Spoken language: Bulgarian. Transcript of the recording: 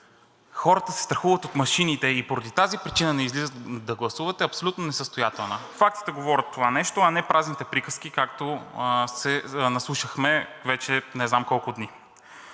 хората се страхуват от машините и поради тази причина не излизат да гласуват, е абсолютно несъстоятелно. Фактите говорят това нещо, а не празните приказки, както се наслушахме вече не знам колко дни.